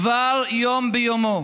דבר יום ביומו,